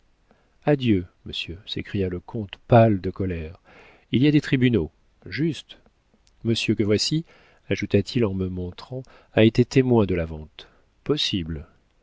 adieu monsieur s'écria le comte pâle de colère il y a des tribunaux juste monsieur que voici ajouta-t-il en me montrant a été témoin de la vente possible